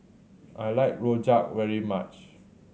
I like Rojak very much